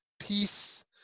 peace